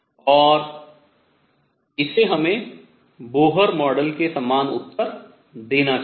और इसे हमें बोहर मॉडल के समान उत्तर देना चाहिए